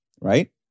right